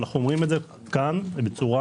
אנו אומרים זאת כאן מפורשות.